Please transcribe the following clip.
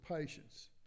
patience